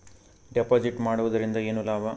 Deposit ಮಾಡುದರಿಂದ ಏನು ಲಾಭ?